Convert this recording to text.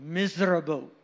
miserable